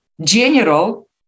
general